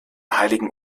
heiligen